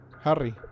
Harry